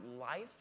life